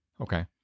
Okay